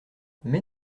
mais